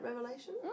revelation